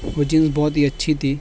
وہ جینس بہت ہی اچھی تھی